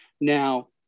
Now